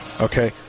okay